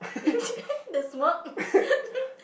the smirk